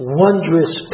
wondrous